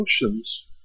Emotions